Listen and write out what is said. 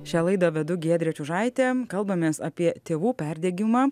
šią laidą vedu giedrė čiužaitė kalbamės apie tėvų perdegimą